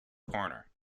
corner